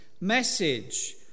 message